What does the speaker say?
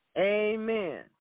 Amen